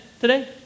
today